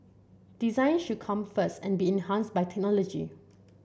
design should come first and be enhanced by technology